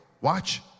Watch